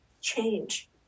change